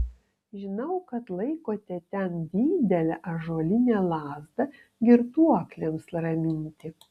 žinau kad laikote ten didelę ąžuolinę lazdą girtuokliams raminti